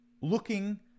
looking